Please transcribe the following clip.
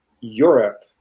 Europe